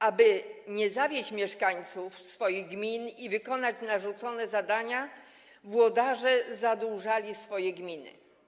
Aby nie zawieść mieszkańców swoich gmin i wykonać narzucone zadania, włodarze zadłużali swoje gminy.